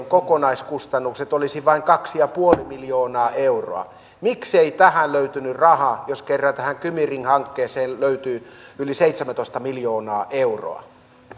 kokonaiskustannukset olisivat vain kaksi pilkku viisi miljoonaa euroa miksei tähän löytynyt rahaa jos kerran tähän kymi ring hankkeeseen löytyi yli seitsemäntoista miljoonaa euroa